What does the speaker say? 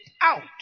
out